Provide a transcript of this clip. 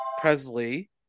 Presley